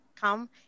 come